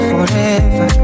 Forever